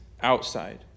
outside